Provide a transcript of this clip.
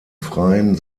freien